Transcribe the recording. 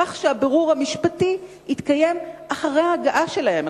כך שהבירור המשפטי יתקיים אחרי ההגעה שלהם?